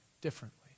differently